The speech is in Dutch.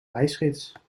reisgids